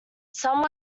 some